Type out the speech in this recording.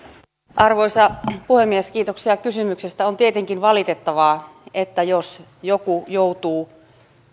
arvoisa puhemies kiitoksia kysymyksestä on tietenkin valitettavaa jos joku joutuu